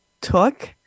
took